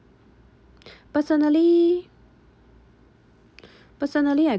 personally personally I